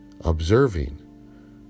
observing